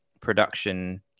production